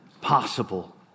possible